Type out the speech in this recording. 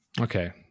Okay